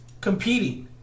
competing